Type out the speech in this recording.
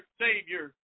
Savior